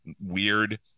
weird